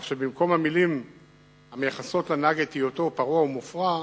כך שבמקום המלים המייחסות לנהג את היותו "פרוע או מופרע"